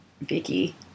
Vicky